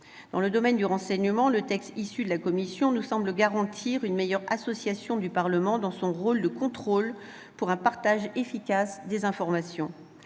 Dans le domaine du renseignement, le texte issu de la commission nous semble garantir une meilleure association du Parlement dans son rôle de contrôle, pour un partage efficace des informations.